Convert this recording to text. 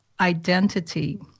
identity